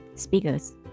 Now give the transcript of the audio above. Speakers